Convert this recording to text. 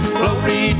glory